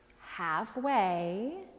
Halfway